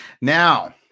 now